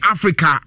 Africa